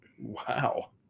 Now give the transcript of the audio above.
wow